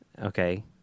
okay